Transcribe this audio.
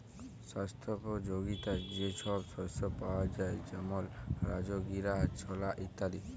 স্বাস্থ্যপ যগীতা যে সব শস্য পাওয়া যায় যেমল রাজগীরা, ছলা ইত্যাদি